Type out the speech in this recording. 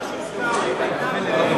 מה שהוסכם עמהם מוסכם עלי.